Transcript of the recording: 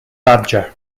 badger